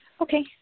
Okay